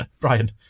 Brian